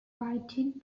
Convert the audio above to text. writing